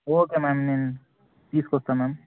okay ma'am నేను తీసుకొస్తాను ma'am